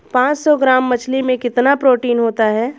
पांच सौ ग्राम मछली में कितना प्रोटीन होता है?